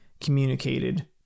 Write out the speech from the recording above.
communicated